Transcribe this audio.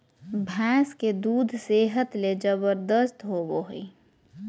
भैंस के दूध सेहत ले जबरदस्त होबय हइ